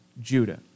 Judah